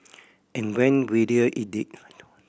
and went it did